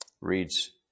reads